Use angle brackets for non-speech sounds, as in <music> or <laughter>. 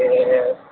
<unintelligible>